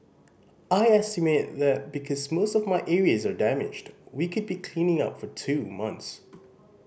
I estimate that because most of my areas are damaged we could be cleaning up for two months